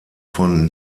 von